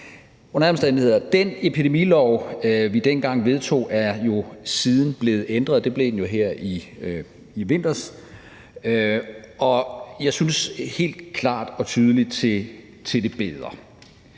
den epidemilov, vi dengang vedtog, jo siden blevet ændret – det blev den jo her i vinters – og jeg synes helt klart og tydeligt til det bedre.